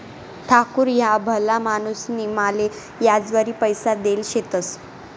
ठाकूर ह्या भला माणूसनी माले याजवरी पैसा देल शेतंस